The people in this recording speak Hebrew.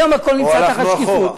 היום הכול נמצא תחת שקיפות.